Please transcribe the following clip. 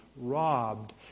robbed